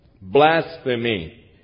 blasphemy